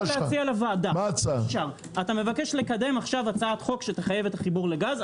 אתה מבקש לקדם הצעת חוק שתחייב את החיבור לגז.